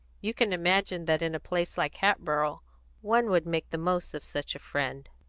you can imagine that in a place like hatboro' one would make the most of such a friend.